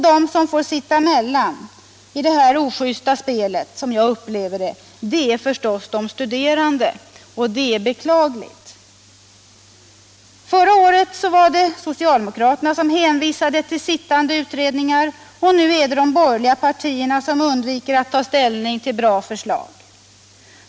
De som får sitta emellan i det här ojusta spelet, som jag upplever det, är förstås de studerande, och det är beklagligt. Förra året var det socialdemokraterna som hänvisade till sittande utredningar, och nu är det de borgerliga partierna som undviker att ta ställning till bra förslag.